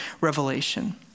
Revelation